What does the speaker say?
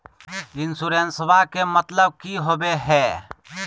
इंसोरेंसेबा के मतलब की होवे है?